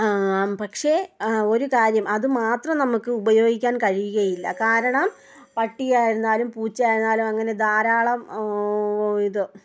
പക്ഷേ ഒരു കാര്യം അതുമാത്രം നമുക്ക് ഉപയോഗിക്കാൻ കഴിയുകയില്ല കാരണം പട്ടിയായിരുന്നാലും പൂച്ചയായിരുന്നാലും അങ്ങനെ ധാരാളം ഇത്